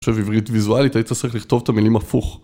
אני חושב עברית ויזואלית הייתה צריכה לכתוב את המילים הפוך